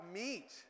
meat